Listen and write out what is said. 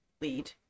lead